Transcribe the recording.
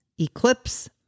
eclipse